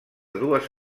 dues